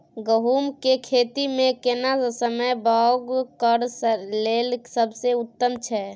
गहूम के खेती मे केना समय बौग करय लेल सबसे उत्तम छै?